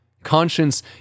conscience